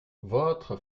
votre